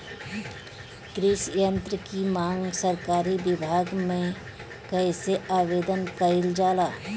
कृषि यत्र की मांग सरकरी विभाग में कइसे आवेदन कइल जाला?